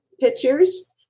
pictures